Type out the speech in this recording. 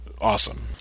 awesome